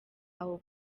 aho